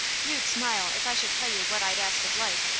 you'd smile if i should tell you what i'd ask of life,